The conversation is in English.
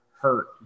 hurt